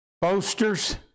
boasters